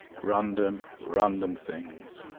random random things